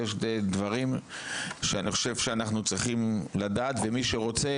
יש דברים שאני חושב שאנחנו צריכים לדעת ומי שרוצה